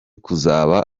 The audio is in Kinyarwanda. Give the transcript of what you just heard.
kuzaba